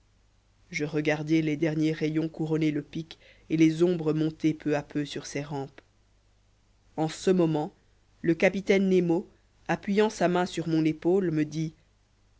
je regardai les derniers rayons couronner le pic et les ombres monter peu à peu sur ses rampes en ce moment le capitaine nemo appuyant sa main sur mon épaule me dit